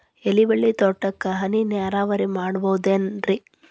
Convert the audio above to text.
ಎಲೆಬಳ್ಳಿ ತೋಟಕ್ಕೆ ಹನಿ ನೇರಾವರಿ ಮಾಡಬಹುದೇನ್ ರಿ?